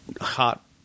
hot